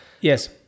Yes